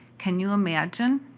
can you imagine?